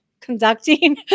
conducting